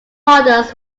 models